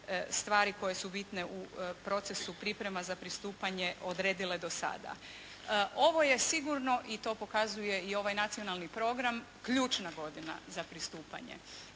stvari koje su bitne u procesu priprema za pristupanje odredile do sada. Ovo je sigurno i to pokazuje i ovaj nacionalni program ključna godina za pristupanje,